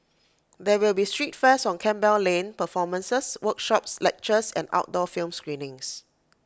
there will be street fairs on Campbell lane performances workshops lectures and outdoor film screenings